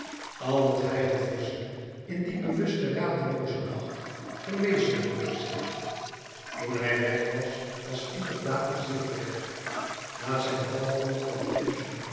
al wat hij had voorzien in dien bewusten radeloozen nacht verwezenlijkte zich toen hij weg was was inderdaad de ziel weg na zijn val volgde te